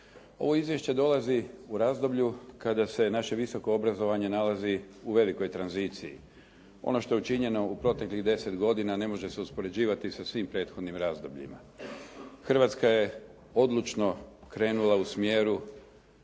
Ovo izvješće dolazi u razdoblju kada se naše visoko obrazovanje nalazi u velikoj tranziciji. Ono što je učinjeno u proteklih 10 godina ne može se uspoređivati sa svim prethodnim razdobljima. Hrvatska je odlučno krenula u smjeru